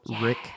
rick